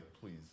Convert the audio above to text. please